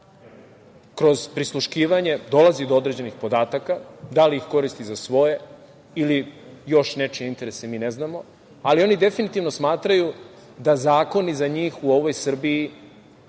kroz prisluškivanje dolazi do određenih podataka, da li ih koristi za svoje ili još nečije interese mi ne znamo, ali oni definitivno smatraju da zakoni za njih u ovoj Srbiji